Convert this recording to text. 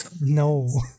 No